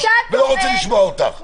לא רוצה לשמוע אותך.